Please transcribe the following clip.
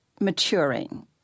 maturing